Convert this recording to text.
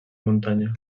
muntanya